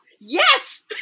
yes